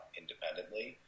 independently